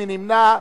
מי נמנע?